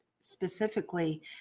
specifically